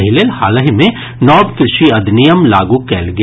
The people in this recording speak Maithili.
एहि लेल हालहि मे नव कृषि अधिनियम लागू कयल गेल